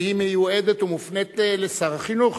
שמיועדת ומופנית לשר החינוך,